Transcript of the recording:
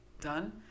done